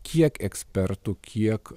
kiek ekspertų kiek